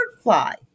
fly